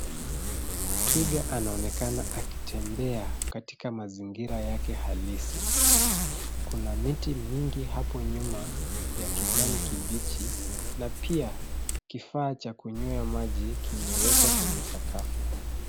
Twiga anaonekana akitembea katika mazingira yake halisi. Kuna miti mingi hapo nyuma ya kijani kibichi, na pia kifaa cha kunywea maji kimewekwa kwenye sakafu.